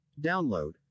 Download